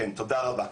תודה רבה.